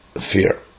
fear